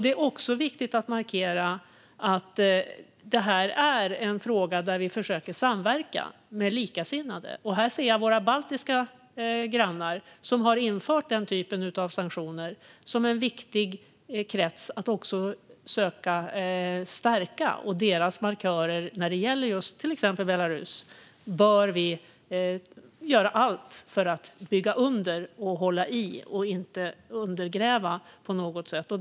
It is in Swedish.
Det är också viktigt att markera att det här är en fråga där vi försöker att samverka med likasinnade. Här ser jag våra baltiska grannar, som har infört den typen av sanktioner, som en viktig krets att också söka stärka. Deras markörer när det gäller just Belarus bör vi göra allt för att bygga under och hålla i och inte undergräva på något sätt.